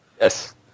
Yes